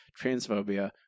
transphobia